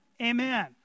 Amen